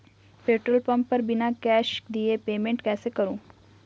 Petrol pump पर बिना cash दिए पेमेंट कैसे करूँ?